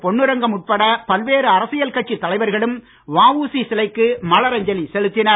பொன்னுரங்கம் உட்பட பல்வேறு அரசியல் கட்சித் தலைவா்களும் வஉசி சிலைக்கு மலரஞ்சலி செலுத்தினர்